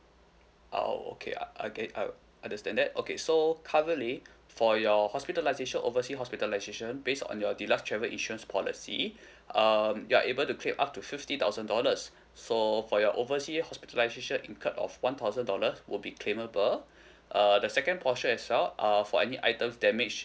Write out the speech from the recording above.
oh okay uh okay I understand that okay so currently for your hospitalisation overseas hospitalisation based on your deluxe travel insurance policy um you are able to claim up to fifty thousand dollars so for your overseas hospitalisation incurred of one thousand dollars would be claimable uh the second portion as well uh for any item damage